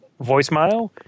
voicemail